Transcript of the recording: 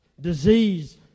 Disease